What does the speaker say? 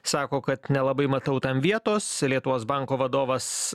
sako kad nelabai matau tam vietos lietuvos banko vadovas